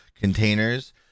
containers